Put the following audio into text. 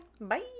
bye